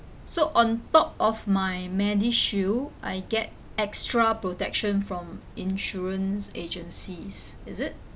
so on top of my medishield I get extra protection from insurance agencies is it